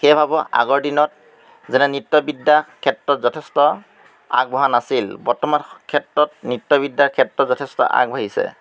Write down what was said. সেয়ে ভাবোঁ আগৰ দিনত যেনে নৃত্যবিদ্যাৰ ক্ষেত্ৰত যথেষ্ট আগবঢ়া নাছিল বৰ্তমান ক্ষেত্ৰত নৃত্যবিদ্যাৰ ক্ষেত্ৰত যথেষ্ট আগবাঢ়িছে